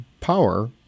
power